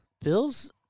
Bill's